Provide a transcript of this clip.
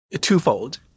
twofold